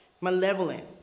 malevolent